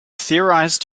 theorized